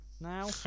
now